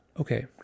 Okay